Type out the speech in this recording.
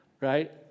right